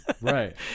Right